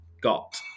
got